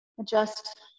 Adjust